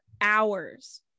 hours